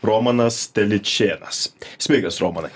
romanas teličėnas sveikas romanai